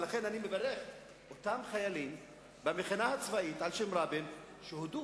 ולכן אני מברך את אותם חיילים במכינה הצבאית על שם רבין שהודו.